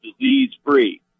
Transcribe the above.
disease-free